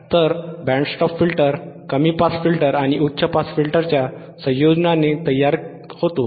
तर band stop filter कमी pass filter आणि उच्च पास फिल्टरच्या संयोजनाने तयार होतो